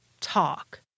talk